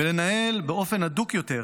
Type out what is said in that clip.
ולנהל באופן הדוק יותר